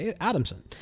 Adamson